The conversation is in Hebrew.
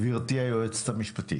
גברתי היועצת המשפטית.